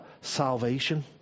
salvation